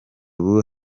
ubu